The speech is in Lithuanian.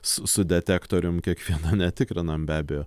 su su detektorium kiekvieno netikrinam be abejo